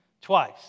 Twice